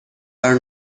are